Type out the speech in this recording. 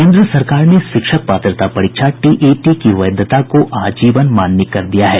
केन्द्र सरकार ने शिक्षक पात्रता परीक्षा टीईटी की वैधता को आजीवन मान्य कर दिया है